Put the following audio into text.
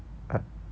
ya